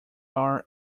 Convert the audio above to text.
are